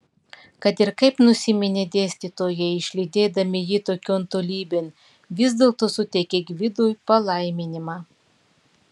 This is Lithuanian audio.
kad ir kaip nusiminė dėstytojai išlydėdami jį tokion tolybėn vis dėlto suteikė gvidui palaiminimą